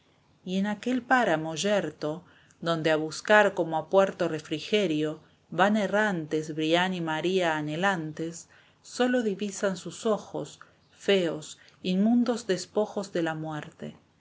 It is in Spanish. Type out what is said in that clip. y en aquel páramo yerto éé esteban echbveeeía donde a buscar como a puerto refrigerio van errantes brian y maría anhelantes sólo divisan sus ojos feos inmundos despojos de la muerte qué